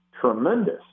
tremendous